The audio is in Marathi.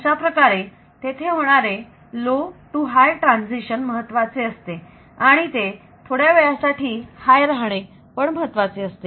अशाप्रकारे तेथे होणारे लो टु हाय ट्रान्झिशन महत्वाचे असते आणि ते थोड्यावेळासाठी हाय राहणे पण महत्त्वाचे असते